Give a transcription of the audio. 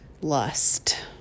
lust